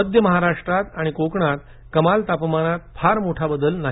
मध्य महाराष्ट्रात आणि कोकणात कमाल तापमानात फार मोठा बदल नाही